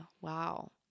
Wow